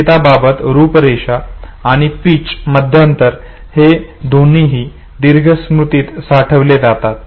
संगीताबाबत रूपरेषा आणि पिच मध्यांतर हे दोन्हीही दीर्घ स्मृतीत साठविले जातात